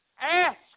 Ask